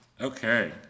Okay